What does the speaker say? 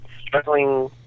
struggling